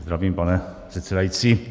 Zdravím, pane předsedající.